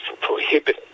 prohibited